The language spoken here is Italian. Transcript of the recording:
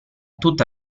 tutta